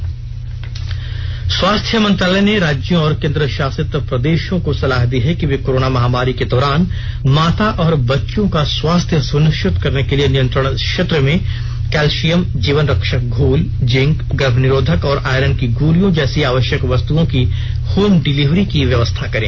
स्वास्थ्य मंत्रालय स्वास्थ्य मंत्रालय ने राज्यों और केन्द्र शासित प्रदेशों को सलाह दी है कि वे कोरोना महामारी के दौरान माता और बच्चों का स्वास्थ्य सुनिश्चित करने के लिए नियंत्रण क्षेत्र में कैल्शियम जीवन रक्षक घोल जिंक गर्भ निरोधक और आयरन की गोलियों जैसी आवश्यक वस्तुओं की होम डिलिवरी की व्यवस्था करें